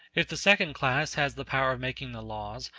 if the second class has the power of making the laws,